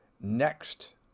next